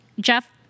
Jeff